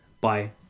bye